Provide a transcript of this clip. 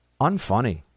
Unfunny